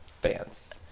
fans